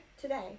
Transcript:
today